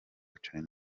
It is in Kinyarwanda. charly